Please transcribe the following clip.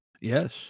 Yes